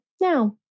now